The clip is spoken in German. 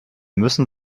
müssen